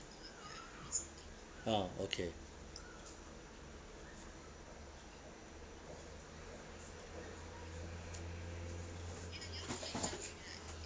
ah okay